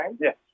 Yes